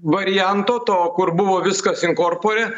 varianto to kur buvo viskas inkorpore